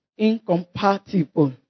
Incompatible